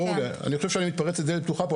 אני חושב שאני מתפרץ לדלת פתוחה פה,